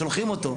שולחים אותו?